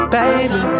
baby